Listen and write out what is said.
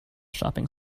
shopping